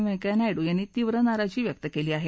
व्यंकय्या नायडू यांनी तीव्र नाराजी व्यक्त केली आहे